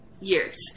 years